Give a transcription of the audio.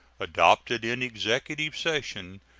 adopted in executive session,